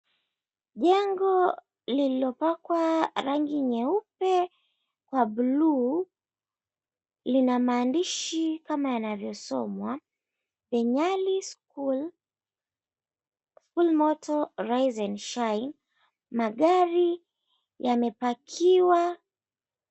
Jengo lililopakwa rangi nyeupe kwa buluu lina maandishi kama yanavyosomwa THE NYALI SCHOOL school motto rise and shine . Magari yamepakiwa.